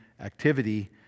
activity